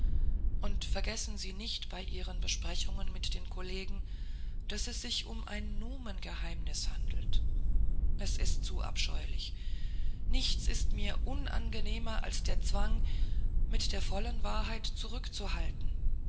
und vergessen sie nicht bei ihren besprechungen mit den kollegen daß es sich um ein numengeheimnis handelt es ist zu abscheulich nichts ist mir unangenehmer als der zwang mit der vollen wahrheit zurückzuhalten